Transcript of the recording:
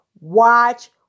Watch